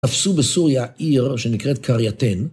תפסו בסוריה עיר שנקראת קרייתן.